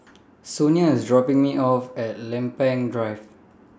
Sonia IS dropping Me off At Lempeng Drive